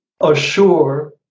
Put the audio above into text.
assure